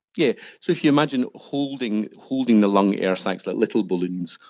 yeah so if you imagine holding holding the lung air sacs like little balloons,